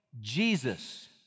Jesus